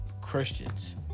Christians